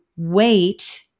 wait